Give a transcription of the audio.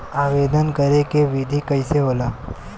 आवेदन करे के विधि कइसे होला?